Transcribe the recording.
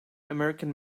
american